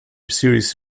series